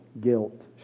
guilt